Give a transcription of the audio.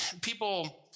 people